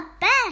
best